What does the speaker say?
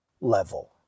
level